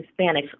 Hispanics